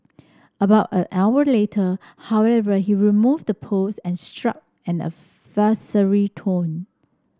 about an hour later however he removed the post and struck an adversarial tone